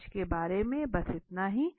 आज के लिए बस इतना ही